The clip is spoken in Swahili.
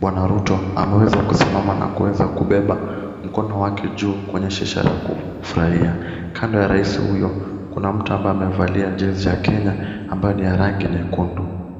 Bwana Ruto ameweza kusimama na kuweza kubeba mkono wake juu kuonyesha ishara ya kufurahia. Kando ya rais huyo kuna mtu ambaye amevalia jezi ya Kenya ambaye ni ya rangi nyekundu.